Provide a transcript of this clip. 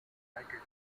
united